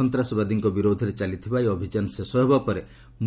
ସନ୍ତାସବାଦୀଙ୍କ ବିରୋଧରେ ଚାଲିଥିବା ଏହି ଅଭିଯାନ ଶେଷ ହେବାପରେ